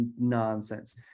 nonsense